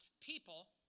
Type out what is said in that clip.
People